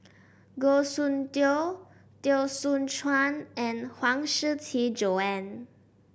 Goh Soon Tioe Teo Soon Chuan and Huang Shiqi Joan